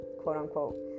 quote-unquote